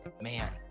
Man